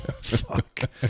fuck